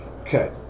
Okay